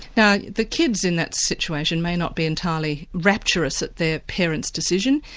now the kids in that situation may not be entirely rapturous at their parent's decision,